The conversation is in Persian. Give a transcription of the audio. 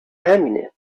همینه